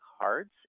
cards